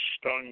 stung